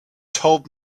told